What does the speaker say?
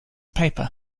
paper